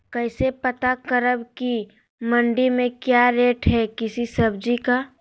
कैसे पता करब की मंडी में क्या रेट है किसी सब्जी का?